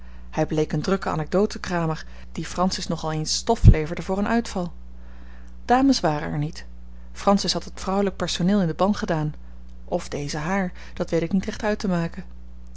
hij bleek een drukke anecdotenkramer die francis nogal eens stof leverde voor een uitval dames waren er niet francis had het vrouwelijk personeel in den ban gedaan of deze haar dat weet ik niet recht uit te maken